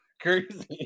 Crazy